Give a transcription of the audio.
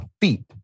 feet